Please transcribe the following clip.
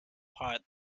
pot